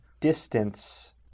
distance